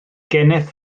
geneth